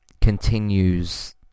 continues